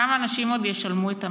כמה אנשים עוד ישלמו את המחיר?